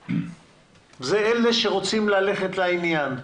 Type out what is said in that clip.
זה אלה שרוצים ללכת לעניין.